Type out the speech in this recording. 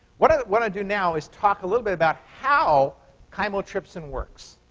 what what i'll do now is talk a little bit about how chymotrypsin works.